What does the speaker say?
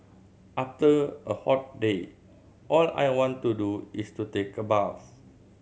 after a hot day all I want to do is to take a bath